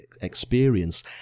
experience